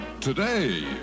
today